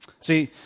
See